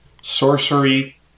sorcery